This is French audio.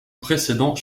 précédent